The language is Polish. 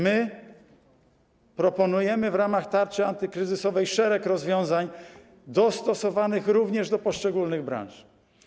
My proponujemy w ramach tarczy antykryzysowej szereg rozwiązań dostosowanych również do poszczególnych branż.